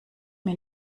mir